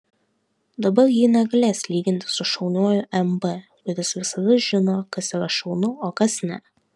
dabar ji negalės lygintis su šauniuoju mb kuris visada žino kas yra šaunu o kas ne